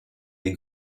des